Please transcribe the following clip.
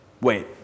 wait